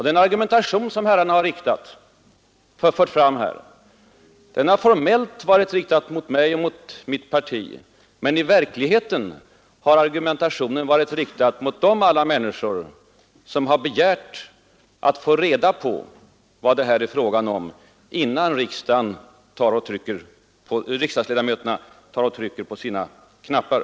Den argumentation som herrarna här fört fram har formellt varit riktad mot mig och mitt parti, men i verkligheten har den varit riktad mot alla de människor som begärt att få reda på vad det här är fråga om innan riksdagsledamöterna trycker på sina knappar.